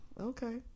okay